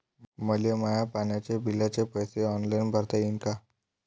मले माया पाण्याच्या बिलाचे पैसे ऑनलाईन भरता येईन का?